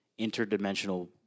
interdimensional